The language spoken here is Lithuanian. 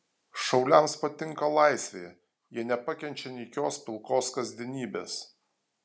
šauliams patinka laisvė jie nepakenčia nykios pilkos kasdienybės